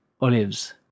olives